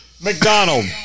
McDonald